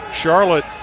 Charlotte